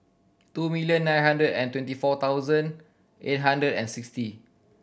two million nine hundred and twenty four thousand eight hundred and sixty